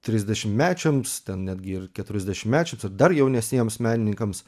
trisdešimtmečiams ten netgi ir keturisdešimtmečiams ir dar jauniesiems menininkams